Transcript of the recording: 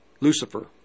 Lucifer